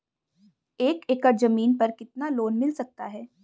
एक एकड़ जमीन पर कितना लोन मिल सकता है?